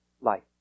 life